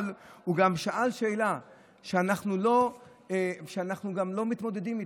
אבל הוא גם שאל שאלה שאנחנו לא מתמודדים איתה.